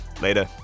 Later